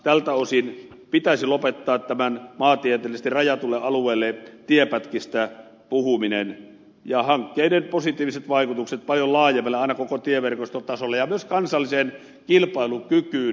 tältä osin pitäisi lopettaa puhuminen tienpätkistä maantieteellisesti rajatulle alueelle ja nähdä hankkeiden positiiviset vaikutukset paljon laajemmalle aina koko tieverkoston tasolle ja myös kansalliseen kilpailukykyyn